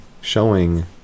showing